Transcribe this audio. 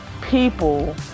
people